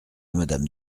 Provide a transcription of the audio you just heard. madame